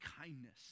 kindness